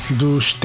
dos